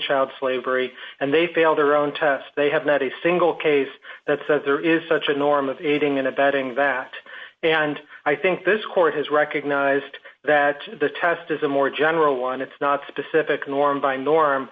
child slavery and they failed their own test they have not a single case that says there is such a norm of aiding and abetting that and i think this court has recognized that the test is a more general one it's not specific norms by norm